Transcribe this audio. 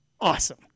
Awesome